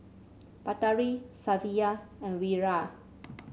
Batari Safiya and Wira